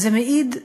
וזה מעיד,